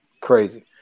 crazy